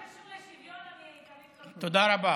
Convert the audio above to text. בכל הקשור לשוויון אני תמיד, תודה רבה,